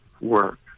work